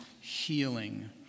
healing